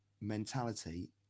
mentality